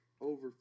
over